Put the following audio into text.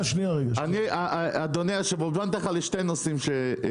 מה זה המלאכה והתעשייה?